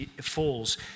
falls